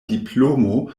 diplomo